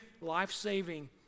life-saving